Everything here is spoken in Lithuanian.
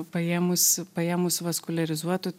paėmus paėmus vaskuliarizuotų